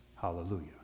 Hallelujah